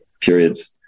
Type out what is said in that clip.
periods